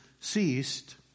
ceased